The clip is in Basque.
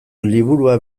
liburua